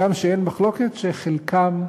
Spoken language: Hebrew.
הגם שאין מחלוקת שחלקם,